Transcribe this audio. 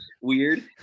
weird